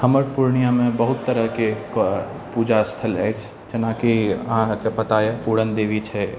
हमर पूर्णियाँमे बहुत तरहके पूजा स्थल अछि जेनाकि अहाँके पता अछि पुरनदेवी छै